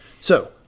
So-